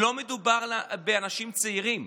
לא מדובר באנשים צעירים.